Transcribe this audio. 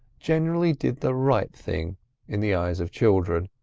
generally did the right thing in the eyes of children.